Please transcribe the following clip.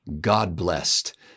God-blessed